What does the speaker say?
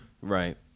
Right